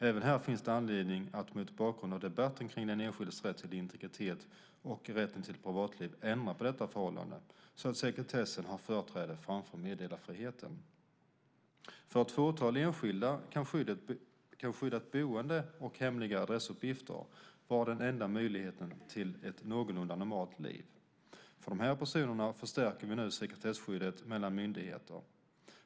Även här finns det anledning att mot bakgrund av debatten kring den enskildes rätt till integritet och rätt till privatliv ändra på detta förhållande så att sekretessen har företräde framför meddelarfriheten. För ett fåtal enskilda kan skyddat boende och hemliga adressuppgifter vara den enda möjligheten till ett någorlunda normalt liv. För de här personerna förstärker vi nu sekretesskyddet mellan myndigheter.